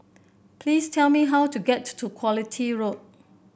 please tell me how to get to Quality Road